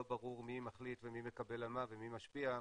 לא ברור מי מחליט ומי מקבל על מה ומי משפיע.